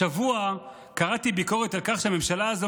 השבוע קראתי ביקורת על כך שהממשלה הזו